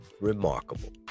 remarkable